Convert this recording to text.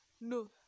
no